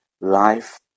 life